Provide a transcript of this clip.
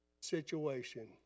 situation